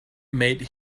made